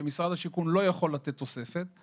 שמשרד השיכון לא יכול לתת תוספת,